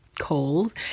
cold